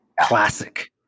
classic